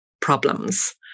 problems